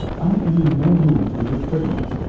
i am in no mood for your prettiness,